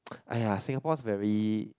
aiyah Singapore's very